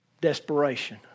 desperation